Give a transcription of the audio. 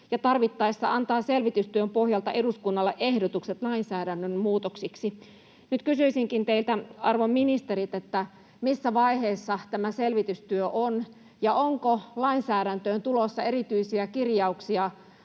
tarvittaessa antaa selvitystyön pohjalta eduskunnalle ehdotukset lainsäädännön muutoksiksi. Nyt kysyisinkin teiltä, arvon ministerit: Missä vaiheessa tämä selvitystyö on, ja onko lainsäädäntöön tulossa erityisiä kirjauksia